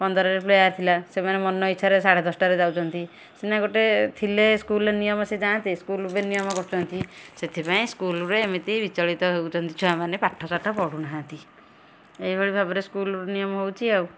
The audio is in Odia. ପନ୍ଦରରେ ପ୍ରେୟାର୍ ଥିଲା ସେମାନେ ମନ ଇଚ୍ଛାରେ ସାଢ଼େ ଦଶଟାରେ ଯାଉଛନ୍ତି ସିନା ଗୋଟେ ଥିଲେ ସ୍କୁଲ୍ର ନିୟମ ସେ ଯାଆନ୍ତେ ସ୍କୁଲ୍ ବେନିୟମ କରୁଛନ୍ତି ସେଥିପାଇଁ ସ୍କୁଲ୍ରେ ଏମିତି ବିଚଳିତ ହେଉଛନ୍ତି ଛୁଆମାନେ ପାଠ ସାଠ ପଢ଼ୁନାହାଁନ୍ତି ଏଇଭଳି ଭାବରେ ସ୍କୁଲ୍ର ନିୟମ ହେଉଛି ଆଉ